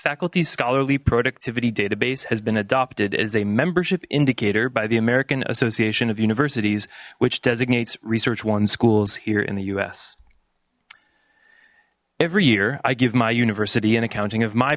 faculty scholarly productivity database has been adopted as a membership indicator by the american association of universities which designates research one schools here in the us every year i give my university and accounting of my